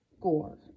gore